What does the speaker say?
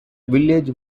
village